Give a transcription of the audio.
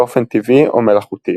באופן טבעי או מלאכותי